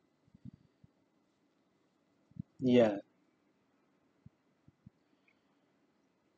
ya